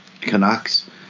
Canucks